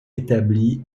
établit